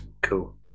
cool